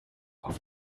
auf